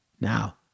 Now